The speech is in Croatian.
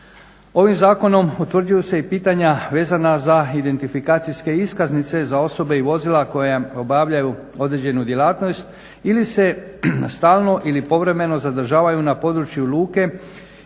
Ovim zakonom utvrđuju se i pitanja vezana za identifikacijske iskaznice za osobe i vozila koja obavljaju određenu djelatnost ili se stalno ili povremeno zadržavaju na području luke